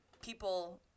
people